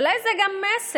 אולי זה גם מסר,